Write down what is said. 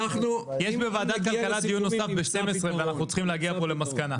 יש בוועדת כלכלה דיון נוסף ב-12:00 ואנחנו צריכים להגיע פה למסקנות.